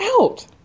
out